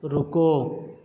رکو